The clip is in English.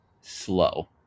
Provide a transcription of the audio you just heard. slow